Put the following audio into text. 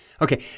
Okay